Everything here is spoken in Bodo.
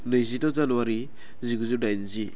नैजिद' जानुवारि जिगुजौ दाइनजि